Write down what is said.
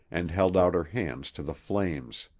and held out her hands to the flames.